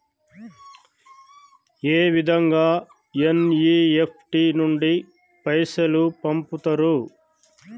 ఏ విధంగా ఎన్.ఇ.ఎఫ్.టి నుండి పైసలు పంపుతరు?